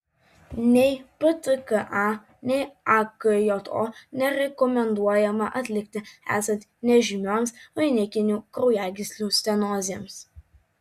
nei ptka nei akjo nerekomenduojama atlikti esant nežymioms vainikinių kraujagyslių stenozėms